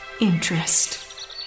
interest